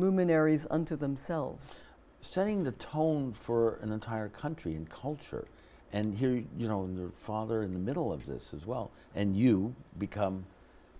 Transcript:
luminaries unto themselves setting the tone for an entire country and culture and here you know father in the middle of this as well and you become